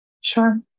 Sure